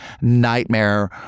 nightmare